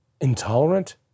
intolerant